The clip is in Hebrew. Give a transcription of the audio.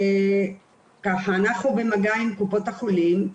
אנחנו במגע עם קופות החולים,